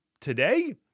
today